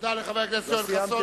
תודה לחבר הכנסת יואל חסון.